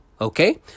okay